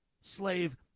slave